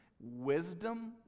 wisdom